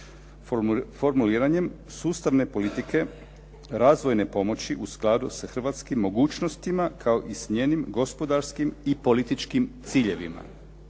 Formuliranjem sustavne politike razvojne pomoći u skladu sa hrvatskim mogućnostima kao i s njenim gospodarskim i političkim ciljevima.